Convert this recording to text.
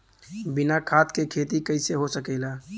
बिना खाद के खेती कइसे हो सकेला?